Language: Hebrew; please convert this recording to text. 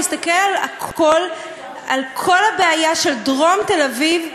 להסתכל על כל הבעיה של דרום תל-אביב,